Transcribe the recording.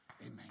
Amen